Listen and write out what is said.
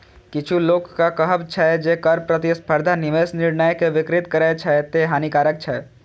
किछु लोकक कहब छै, जे कर प्रतिस्पर्धा निवेश निर्णय कें विकृत करै छै, तें हानिकारक छै